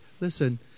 listen